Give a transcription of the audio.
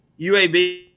UAB